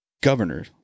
governor